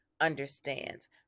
understands